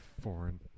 Foreign